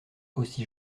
aussi